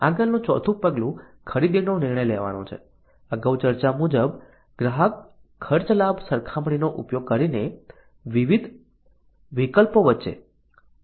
આગળનું ચોથું પગલું ખરીદીનો નિર્ણય લેવાનું છે અગાઉ ચર્ચા કર્યા મુજબ ગ્રાહક ખર્ચ લાભ સરખામણીનો ઉપયોગ કરીને વિવિધ વિકલ્પો વચ્ચે ખરીદીનો નિર્ણય લઈ શકે છે